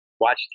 watch